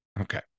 Okay